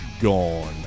gone